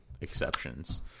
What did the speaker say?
exceptions